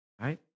right